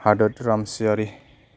हादोत रामसियारि